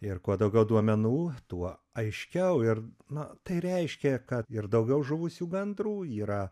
ir kuo daugiau duomenų tuo aiškiau ir na tai reiškia kad ir daugiau žuvusių gandrų yra